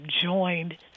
joined